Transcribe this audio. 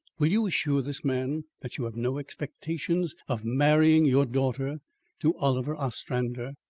will you assure this man that you have no expectations of marrying your daughter to oliver ostrander?